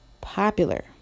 popular